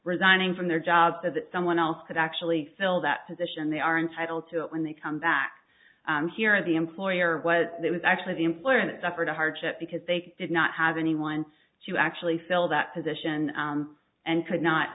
resigning from their job so that someone else could actually fill that position they are entitled to it when they come back here or the employer was that was actually the employer that suffered a hardship because they did not have anyone to actually fill that position and could not